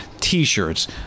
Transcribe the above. t-shirts